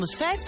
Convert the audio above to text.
150